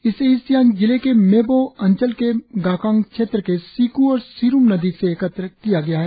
इसे ईस्ट सियांग जिले के मेवो अंचल के गाकांग क्षेत्र के सिक् और सिरुम नदी से एकत्र किया गया है